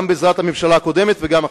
גם בעזרת הממשלה הקודמת וגם עכשיו.